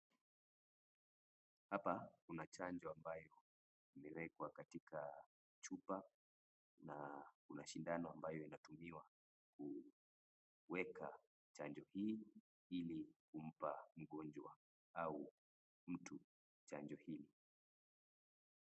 Hapa kuna chanjo ambayo imewekwa katika chupa na kuna sindano ambayo inatumiwa kuweka chanjo hii ili kumpa mgonjwa au mtu chanjo hili.